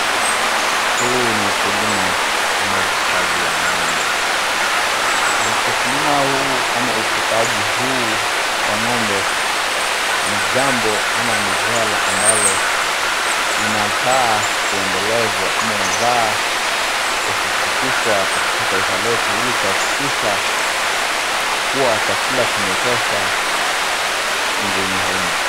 Huu ni ukulima ama ufugaji wa ng'ombe. Ukulima huu ama ufugaji huu wa ng'ombe, na ni jambo ama ni swala ambalo unafaa kuendelezwa ama unafaa kusisitizwa katika taifa letu ili kuhakikisha kuwa chakula kimetosha nchini humu.